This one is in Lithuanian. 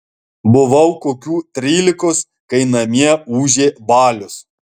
buvau kokių trylikos kai namie ūžė balius